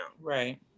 Right